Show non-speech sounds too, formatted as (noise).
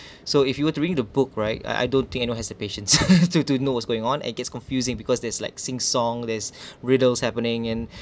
(breath) so if you were to read the book right I I don't think you know has the patience (laughs) to to know what's going on and gets confusing because there's like sing song this (breath) riddles happening in